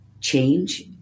change